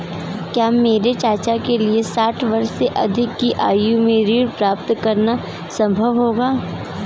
क्या मेरे चाचा के लिए साठ वर्ष से अधिक की आयु में ऋण प्राप्त करना संभव होगा?